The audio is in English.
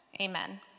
amen